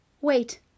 wait